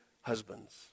husbands